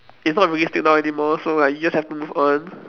it's not realistic now anymore so like you just have to move on